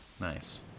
Nice